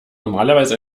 normalerweise